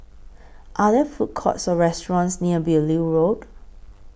Are There Food Courts Or restaurants near Beaulieu Road